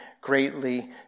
greatly